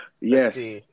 Yes